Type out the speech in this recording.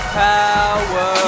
power